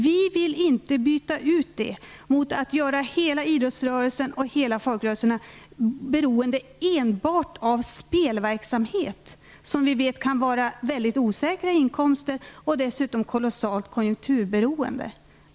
Vi vill inte byta ut det mot att göra hela idrottsrörelsen och folkrörelserna beroende enbart av spelverksamhet. Vi vet att det kan vara mycket osäkra inkomster som dessutom är kolossalt konjunkturberoende.